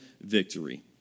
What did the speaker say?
victory